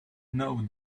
know